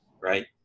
right